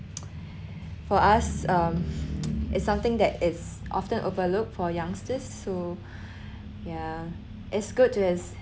for us um it's something that is often overlooked for youngsters so yeah it's good to us